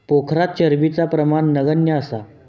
पोखरात चरबीचा प्रमाण नगण्य असा